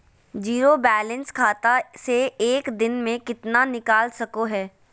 Zero balance खाता से एक दिन में कितना निकाल सको है?